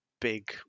big